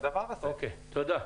תודה.